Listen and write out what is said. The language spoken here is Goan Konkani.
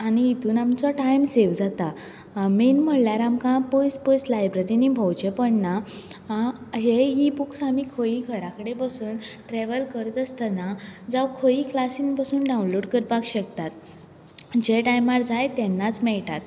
आनी हेतून आमचो टायम सेव जाता मेन म्हणल्यार आमकां पयस पयस लायब्ररीनी भोंवचें पडना हे इ बूक्स आमी खंय घरा कडेन बसोन ट्रेवल करता आसता जावं खंय क्लासीन बसोन डावनलोड करपाक शकतात जे टायमार जाय तेन्नाच मेळटात